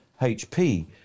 HP